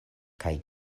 kaj